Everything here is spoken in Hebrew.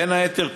בין היתר,